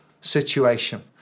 situation